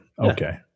Okay